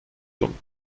dumm